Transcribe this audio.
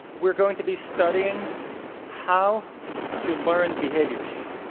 we're going to be studying how to learn behaviors.